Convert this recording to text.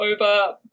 over